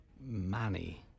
Manny